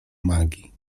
magii